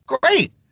Great